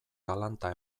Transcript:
galanta